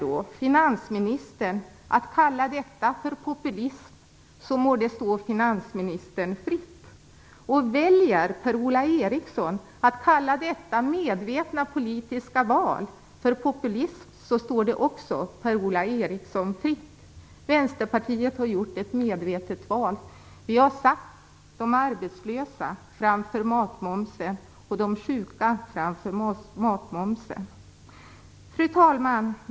Om finansministern väljer att kalla detta för populism, må det stå honom fritt, och om Per-Ola Eriksson väljer att kalla detta medvetna val för populism, står det också honom fritt. Vänsterpartiet har gjort ett medvetet val. Vi har satt de arbetslösa och de sjuka framför sänkt matmoms. Fru talman!